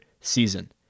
season